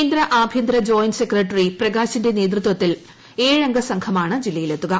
കേന്ദ്ര ആഭ്യന്തര joint secretary പ്രകാശിന്റെ നേതൃത്വത്തിൽ ഏഴംഗ സംഘമാണ് ജില്ലയിൽ എത്തുക